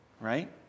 right